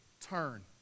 turn